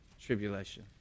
tribulation